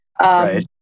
Right